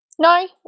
No